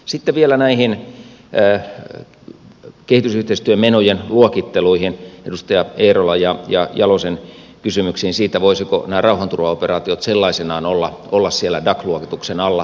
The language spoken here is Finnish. sitten vielä näihin kehitysyhteistyömenojen luokitteluihin edustajien eerola ja jalonen kysymyksiin siitä voisivatko nämä rauhanturvaoperaatiot sellaisinaan olla siellä dac luokituksen alla